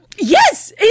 Yes